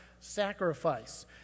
sacrifice